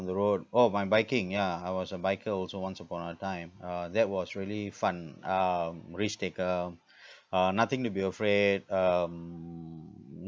on the road oh my biking yeah I was a biker also once upon a time uh that was really fun um risk taker uh nothing to be afraid um